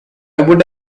would